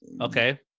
Okay